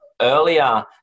Earlier